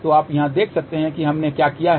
तो आप यहां देख सकते हैं कि हमने क्या किया है